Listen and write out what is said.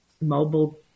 mobile